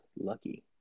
lucky